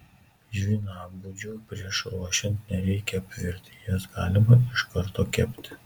žvynabudžių prieš ruošiant nereikia apvirti jas galima iš karto kepti